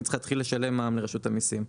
אני צריך להתחיל לשלם מע"מ לרשות המיסים.